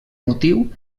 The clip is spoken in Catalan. motiu